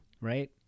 right